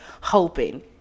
hoping